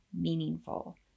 meaningful